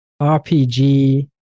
RPG